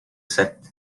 set